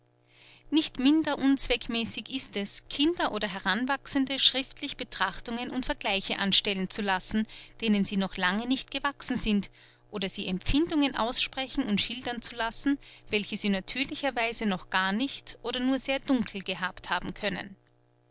nicht minder unzweckmäßig ist es kinder oder heranwachsende schriftlich betrachtungen und vergleiche anstellen zu lassen denen sie noch lange nicht gewachsen sind oder sie empfindungen aussprechen und schildern zu lassen welche sie natürlicherweise noch gar nicht oder nur sehr dunkel gehabt haben können